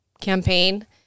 campaign